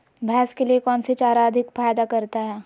भैंस के लिए कौन सी चारा अधिक फायदा करता है?